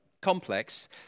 complex